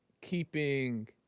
keeping